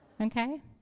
okay